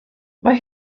mae